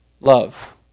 Love